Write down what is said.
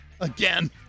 Again